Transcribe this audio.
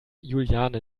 juliane